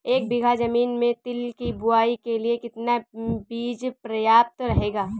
एक बीघा ज़मीन में तिल की बुआई के लिए कितना बीज प्रयाप्त रहेगा?